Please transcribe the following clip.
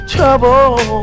Trouble